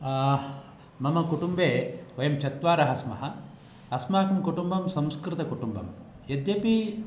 मम कुटुम्बे वयं चत्वारः स्मः अस्माकं कुटुम्बं संस्कृतकुटुम्बं यद्यपि